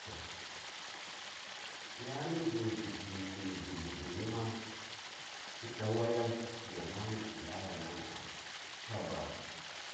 Ta yani bughu qyishi kuwi gulhubughun ci dawayan gwanami di layananaca caba